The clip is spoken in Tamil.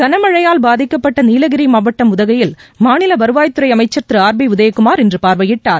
களமழையால் பாதிக்கப்பட்ட நீலகிரி மாவட்டம் உதகையில் மாநில வருவாய் துறை அமைச்சர் திரு ஆர் பி உதயக்குமார் இன்று பார்வையிட்டார்